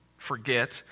forget